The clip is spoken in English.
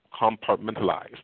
compartmentalized